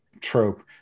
trope